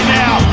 now